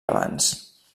abans